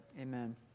Amen